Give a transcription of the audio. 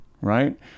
right